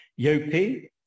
Yopi